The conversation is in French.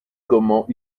comment